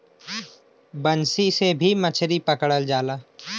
बंसी से भी मछरी पकड़ल जाला